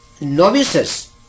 novices